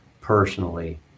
personally